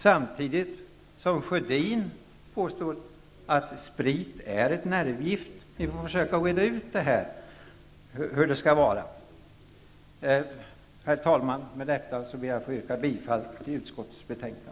Samtidigt påstod Karl Gustaf Sjödin att sprit är ett nervgift. Ni får försöka reda ut hur det skall vara. Herr talman! Med detta ber jag att få yrka bifall till utskottets hemställan.